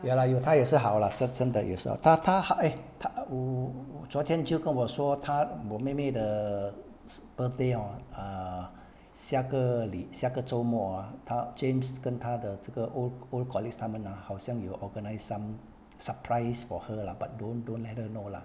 ya lah 有她也是好啦真真的有是她她 !hey! 她 (uh huh) 昨天就跟我说他我妹妹的是 birthday orh err 下个礼下个周末 ah 她 changed 跟她的这个 old old colleagues 他们 ah 好像有 organise some surprise for her lah but don't don't let her know lah